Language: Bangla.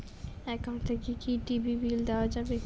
একাউন্ট থাকি কি টি.ভি বিল দেওয়া যাবে?